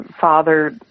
father